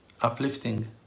uplifting